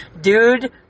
dude